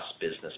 business